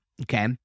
Okay